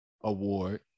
award